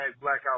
blackout